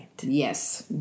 Yes